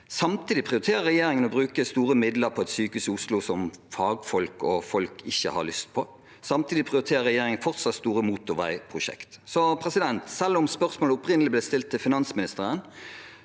Samtidig prioriterer regjeringen å bruke store midler på et sykehus i Oslo som fagfolk og andre folk ikke har lyst på. Samtidig prioriterer regjeringen fortsatt store motorveiprosjekter. Selv om spørsmålet opprinnelig ble stilt til finansministeren,